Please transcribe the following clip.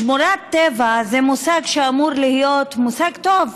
שמורת טבע היא מושג שאמור להיות מושג טוב,